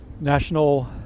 National